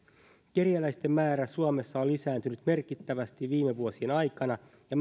kerjäläisten määrä suomessa on lisääntynyt merkittävästi viime vuosien aikana ja